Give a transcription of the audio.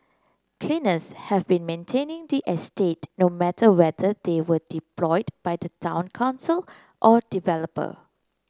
cleaners have been maintaining the estate no matter whether they were deployed by the town council or developer